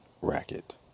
racket